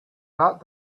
that